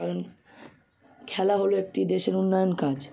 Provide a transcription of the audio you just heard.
কারণ খেলা হল একটি দেশের উন্নয়ন কাজ